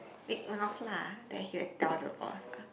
big mouth lah then he will tell the boss ah